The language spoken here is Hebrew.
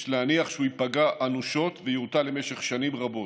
יש להניח שהוא ייפגע אנושות ויורתע למשך שנים רבות.